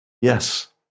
Yes